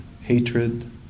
hatred